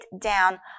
down